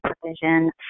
provision